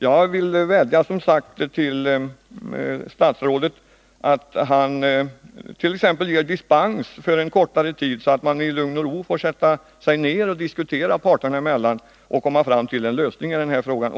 Jag vädjar därför till statsrådet att han t.ex. ger dispens för en kortare tid, så att parterna i lugn och ro får diskutera frågan och försöka komma fram till en lösning.